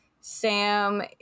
Sam